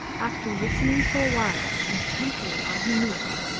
after listening for a while intently on her knees,